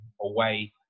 away